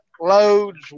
loads